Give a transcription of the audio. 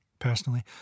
Personally